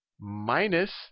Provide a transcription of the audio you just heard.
minus